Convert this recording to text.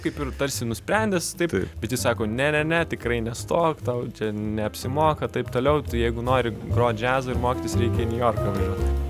kaip ir tarsi nusprendęs taip bet jis sako ne ne ne tikrai nestok tau čia neapsimoka taip toliau jeigu nori grot džiazą ir mokytis reikia į niujorką važiuot